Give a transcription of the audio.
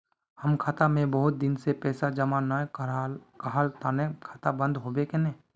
हम खाता में बहुत दिन से पैसा जमा नय कहार तने खाता बंद होबे केने?